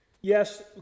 Yes